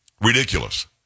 Ridiculous